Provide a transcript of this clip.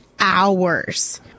hours